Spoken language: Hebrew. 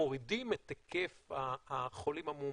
מורידים את היקף החולים המאומתים,